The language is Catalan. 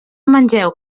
mengeu